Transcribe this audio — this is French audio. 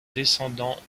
descendants